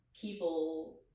people